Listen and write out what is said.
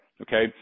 Okay